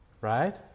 right